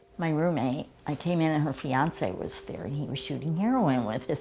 my roommate, i came in, and her fiance was there, and he was shooting heroin with his